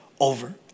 over